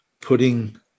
putting